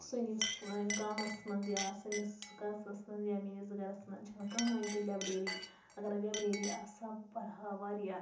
سٲنِس سٲنۍ گامَس منٛز یا سٲنِس قصبَس منٛز یا میٛٲنِس گَرَس منٛز چھِنہٕ کٕہٕنۍ تہِ لیبرٔری اگرَے لیبرٔری آسہٕ ہا بہٕ پَرٕ ہا واریاہ